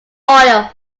oil